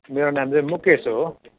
मेरो नाम चाहिँ मुकेश हो